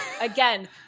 Again